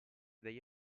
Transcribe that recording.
dagli